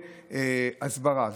הסברה,